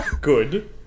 Good